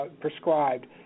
prescribed